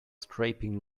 scraping